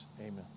Amen